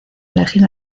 elegir